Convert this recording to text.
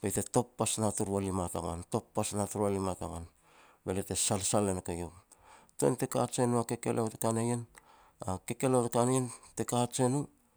be te top pas na turu walima tagoan, top pas na turu walima tagoan, be lia te salsal e nouk eiau. Tuan te kajen u a kekeleo te ka na ien, a kekeleo te ka na ien te kajen u